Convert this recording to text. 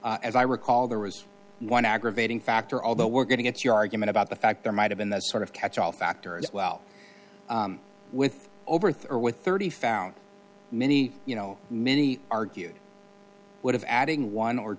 as i recall there was one aggravating factor although we're going to get your argument about the fact there might have been the sort of catch all factor and well with over thirty with thirty found many you know many argue would have adding one or